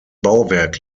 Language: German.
bauwerk